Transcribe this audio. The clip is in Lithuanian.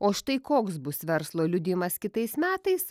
o štai koks bus verslo liudijimas kitais metais